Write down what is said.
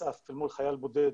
נחשף אל מול חייל בודד